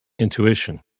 Intuition